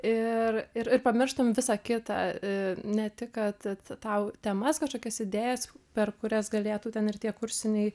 ir ir pamirštum visą kitą ne tik kad tau temas kažkokias idėjas per kurias galėtų ten ir tie kursiniai